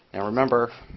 and remember,